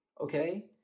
okay